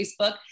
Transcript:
Facebook